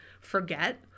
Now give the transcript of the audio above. forget